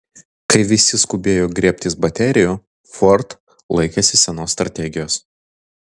kai visi skubėjo griebtis baterijų ford laikėsi senos strategijos